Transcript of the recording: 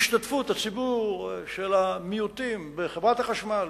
השתתפות של המיעוטים בחברת החשמל,